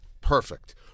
perfect